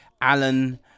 Alan